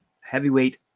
heavyweight